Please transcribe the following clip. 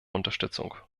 unterstützung